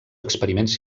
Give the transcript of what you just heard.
experiments